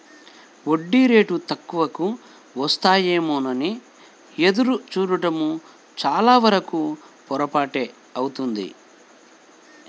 వడ్డీ రేటు తక్కువకు వస్తాయేమోనని ఎదురు చూడడం చాలావరకు పొరపాటే అవుతుంది